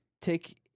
Take